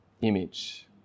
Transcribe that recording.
image